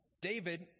David